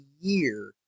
year